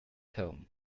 home